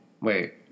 Wait